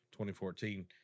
2014